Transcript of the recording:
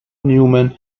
newman